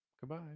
goodbye